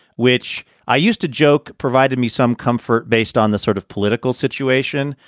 which i used to joke, provided me some comfort based on the sort of political situation,